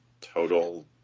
total